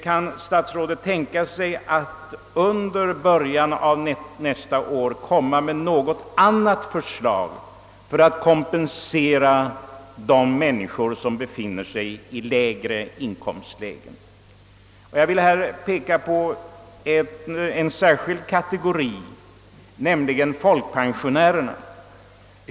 Kan statsrådet vidare tänka sig att under början av nästa år åstadkomma något annat förslag för att kompensera de människor som befinner sig i lägre inkomstlägen? Jag vill härvidlag peka på en särskild kategori, nämligen folkpensionärerna.